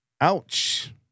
Ouch